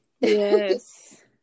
Yes